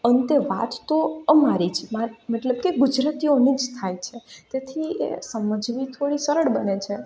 અંતે વાત તો અમારી જ મતલબ કે ગુજરાતીઓની થાય છે તેથી એ સમજવી થોડી સરળ બને છે